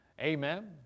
Amen